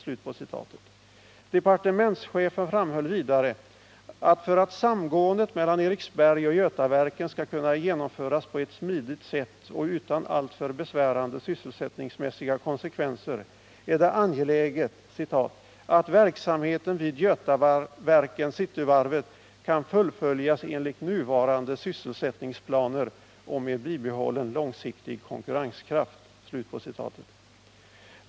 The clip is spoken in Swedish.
Departementschefen framhöll vidare att för att samgåendet mellan Eriksberg och Götaverken skall kunna genomföras på ett smidigt sätt och utan alltför besvärande sysselsättningsmässiga konsekvenser är det angeläget ”att verksamheten vid Götaverken Cityvarvet kan fullföljas enligt nuvarande sysselsättningsplaner och med bibehållen långsiktig konkurrenskraft”.